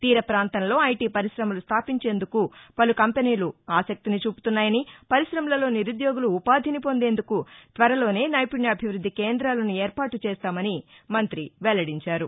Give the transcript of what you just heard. తీర ప్రాంతంలో ఐటీ పరి్రమలు స్థాపించేందుకు పలు కంపెనీలు ఆసక్తిని చూపుతున్నాయని పరిశమలలో నిరుద్యోగులు ఉపాధిని పొందేందుకు త్వరలోనే నైపుణ్యాభివృద్ధి కేంద్రాలను ఏర్పాటు చేస్తామని మంగ్రి వెల్లడించారు